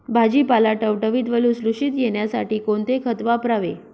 भाजीपाला टवटवीत व लुसलुशीत येण्यासाठी कोणते खत वापरावे?